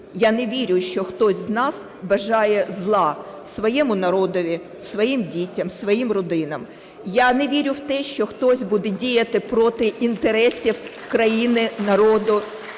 Я не вірю, що хтось з нас бажає зла своєму народові, своїм дітям, своїм родинам. Я не вірю в те, що хтось буде діяти проти інтересів країни, народу.